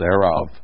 thereof